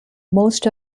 most